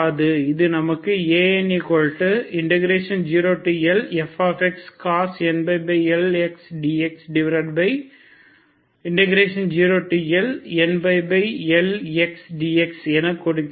இது நமக்கு An0Lfcos nπLx dx0LnπLx dx என கொடுக்கிறது